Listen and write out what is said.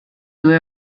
due